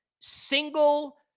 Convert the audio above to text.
single